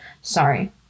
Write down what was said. Sorry